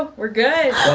um we're good.